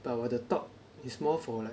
but 我的 talk is more for like